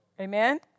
Amen